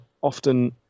often